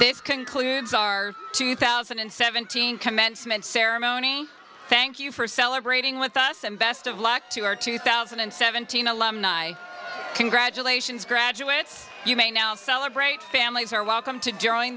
this concludes our two thousand and seventeen commencement ceremony thank you for celebrating with us and best of luck to our two thousand and seventeen alumni congratulations graduates you may now celebrate families are welcome to join